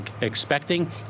expecting